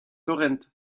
torrents